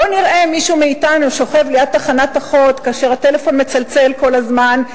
בוא נראה מישהו מאתנו שוכב ליד תחנת אחות כאשר הטלפון מצלצל כל הזמן,